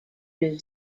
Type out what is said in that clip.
new